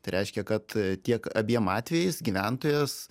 tai reiškia kad e tiek abiem atvejais gyventojas